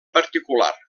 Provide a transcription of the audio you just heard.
particular